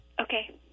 Okay